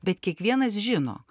bet kiekvienas žino